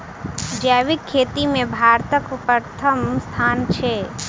जैबिक खेती मे भारतक परथम स्थान छै